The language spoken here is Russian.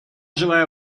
желаю